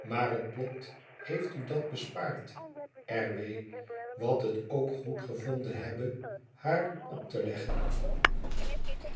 maar het lot heeft u dat bespaard r w wat het ook goedgevonden hebbe hr op te leggen